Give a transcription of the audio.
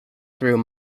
through